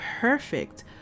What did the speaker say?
perfect